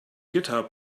guitar